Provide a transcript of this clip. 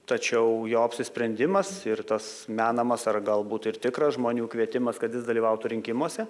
tačiau jo apsisprendimas ir tas menamas ar galbūt ir tikras žmonių kvietimas kad jis dalyvautų rinkimuose